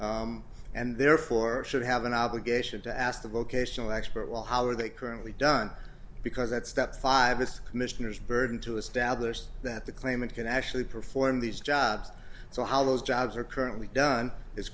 and therefore should have an obligation to ask the vocational expert well how are they currently done because that's step five this commissioner's burden to establish that the claimant can actually perform these jobs so how those jobs are currently done is